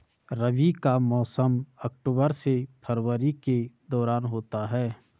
रबी का मौसम अक्टूबर से फरवरी के दौरान होता है